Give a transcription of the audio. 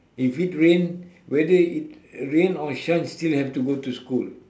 if it rain whether it rain or shine still have to go to school